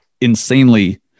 insanely